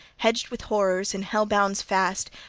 hedged with horrors, in hell-bonds fast,